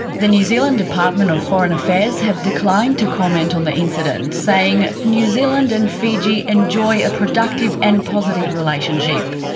the new zealand department of foreign affairs have declined to comment on the incident, saying new zealand and fiji enjoy a productive and positive relationship.